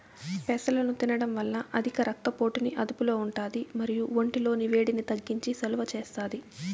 పెసలను తినడం వల్ల అధిక రక్త పోటుని అదుపులో ఉంటాది మరియు ఒంటి లోని వేడిని తగ్గించి సలువ చేస్తాది